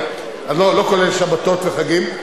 לא כולל שבתות וחגים.